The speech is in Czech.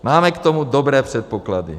Máme k tomu dobré předpoklady.